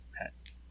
pets